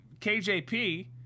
KJP